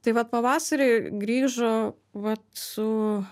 tai vat pavasarį grįžo vat su